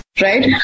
Right